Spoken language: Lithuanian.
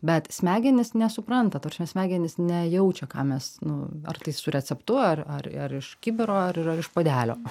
bet smegenys nesupranta ta prasme smegenys nejaučia ką mes nu ar tai su receptu ar ar ar iš kibiro ar ar iš puodelio